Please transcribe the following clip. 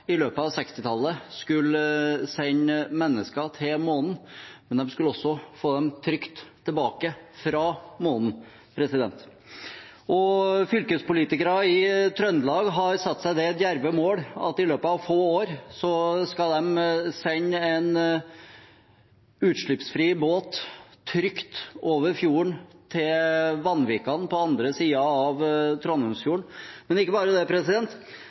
i løpet av 1960-tallet skulle sende mennesker til månen, men at de også skulle få dem trygt tilbake fra månen. Fylkespolitikere i Trøndelag har satt seg det djerve mål at i løpet av få år skal de sende en utslippsfri båt trygt over fjorden til Vanvikan, på andre siden av Trondheimsfjorden. Men ikke bare det,